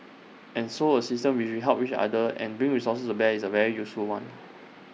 and so A system which we help each other and bring resources to bear is A very useful one